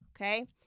Okay